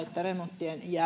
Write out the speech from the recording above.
että remonttien